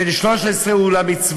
בן 13 למצוות.